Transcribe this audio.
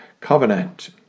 covenant